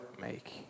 make